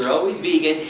always vegan.